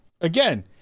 again